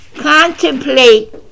Contemplate